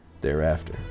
thereafter